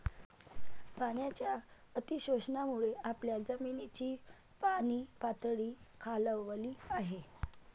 पाण्याच्या अतिशोषणामुळे आपल्या जमिनीची पाणीपातळी खालावली आहे